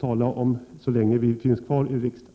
tala om så länge vi finns kvar i riksdagen.